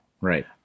Right